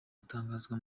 gutangazwa